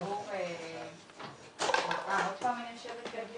ציבור בתקופת קורונה.